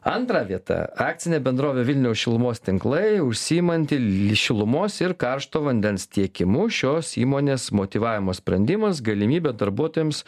antra vieta akcinė bendrovė vilniaus šilumos tinklai užsiimanti li šilumos ir karšto vandens tiekimu šios įmonės motyvavimo sprendimas galimybė darbuotojams